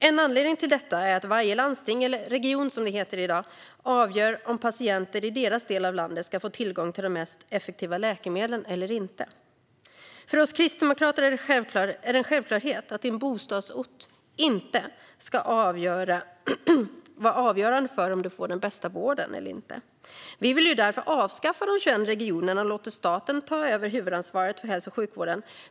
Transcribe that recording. En anledning till detta är att varje landsting eller region, som det kan heta i dag, avgör om patienter i deras del av landet ska få tillgång till de mest effektiva läkemedlen eller inte. För oss kristdemokrater är det en självklarhet att din bostadsort inte ska vara avgörande för om du får den bästa vården eller inte. Vi vill därför avskaffa de 21 regionerna och låta staten ta över huvudansvaret för hälso och sjukvården.